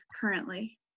currently